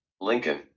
Lincoln